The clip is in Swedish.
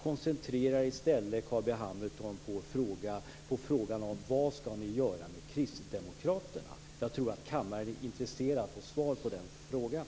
Koncentrera er i stället, Carl B Hamilton, på frågan om vad ni skall göra med Kristdemokraterna. Jag tror att kammaren är intresserad av att få svar på den frågan.